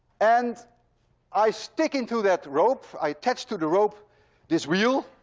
and i stick into that rope, i attach to the rope this wheel,